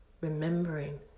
remembering